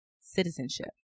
citizenship